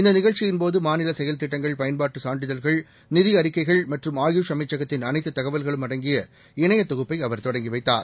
இந்தநிகழக்சியின் போதுமாநில செயல் திட்டங்கள் பயன்பாட்டுசான்றிதழ்கள் நிதிஅறிக்கைகள் மற்றும் அபுஷ் அமைச்சகத்தின் அனைத்துதகவல்களும் அடங்கிய இணையதொகுப்பைஅவர் தொடங்கிவைத்தார்